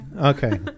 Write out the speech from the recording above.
Okay